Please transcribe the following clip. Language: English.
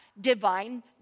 divine